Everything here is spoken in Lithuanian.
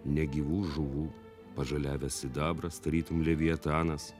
negyvų žuvų pažaliavęs sidabras tarytum leviatanas